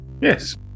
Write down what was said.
Yes